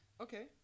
Okay